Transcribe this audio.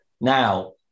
Now